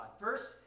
First